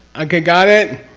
okay, got it?